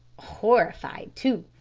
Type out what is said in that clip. horrified, too,